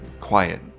quiet